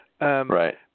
Right